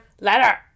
letter